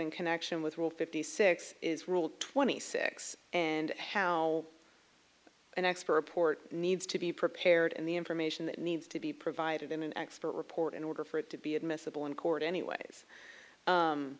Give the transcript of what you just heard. in connection with real fifty six is rule twenty six and how an expert port needs to be prepared and the information needs to be provided in an expert report in order for it to be admissible in court anyways